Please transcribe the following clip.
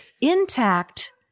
intact